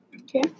Okay